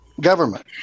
government